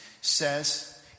says